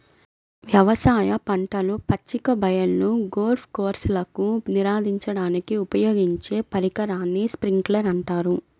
వ్యవసాయ పంటలు, పచ్చిక బయళ్ళు, గోల్ఫ్ కోర్స్లకు నీరందించడానికి ఉపయోగించే పరికరాన్ని స్ప్రింక్లర్ అంటారు